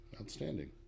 outstanding